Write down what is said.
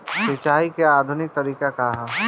सिंचाई क आधुनिक तरीका का ह?